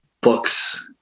books